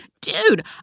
dude